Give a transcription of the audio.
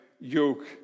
yoke